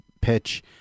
pitch